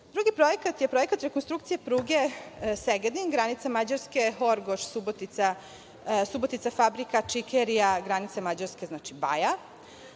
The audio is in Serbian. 10.Drugi projekat je projekat rekonstrukcije pruge Segedin-granica Mađarske-Horgoš, Subotica-fabrika „Čikerija“-granica Mađarske, znači Baja.